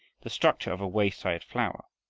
the structure of a wayside flower,